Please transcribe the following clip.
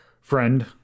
friend